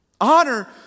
Honor